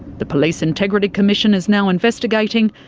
the police integrity commission is now investigating,